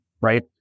right